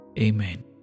Amen